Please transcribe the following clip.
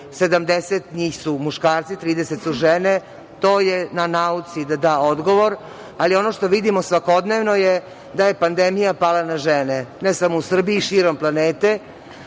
70 njih su muškarci, 30 su žene. To je na nauci da da odgovor, ali ono što vidimo svakodnevno je da je pandemija pala na žene, ne samo u Srbiji, širom planete,